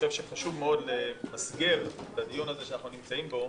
חושב שחשוב מאוד למסגר את הדיון הזה שאנחנו נמצאים בו,